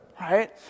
right